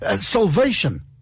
salvation